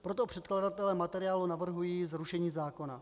Proto předkladatelé materiálu navrhují zrušení zákona.